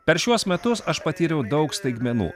per šiuos metus aš patyriau daug staigmenų